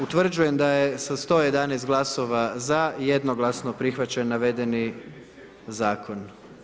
Utvrđujem da je sa 111 glasova za jednoglasno prihvaćen navedeni zakon.